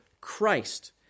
Christ